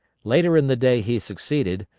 later in the day he succeeded,